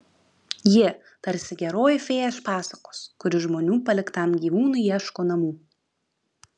ji tarsi geroji fėja iš pasakos kuri žmonių paliktam gyvūnui ieško namų